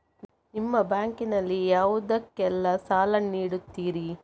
ನಿಮ್ಮ ಬ್ಯಾಂಕ್ ನಲ್ಲಿ ಯಾವುದೇಲ್ಲಕ್ಕೆ ಸಾಲ ನೀಡುತ್ತಿರಿ?